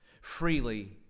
freely